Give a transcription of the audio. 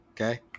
Okay